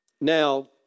Now